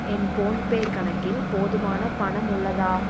என் PhonePe கணக்கில் போதுமான பணம் உள்ளதா